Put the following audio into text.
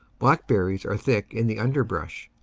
black berries are thick in the underbrush.